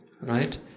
Right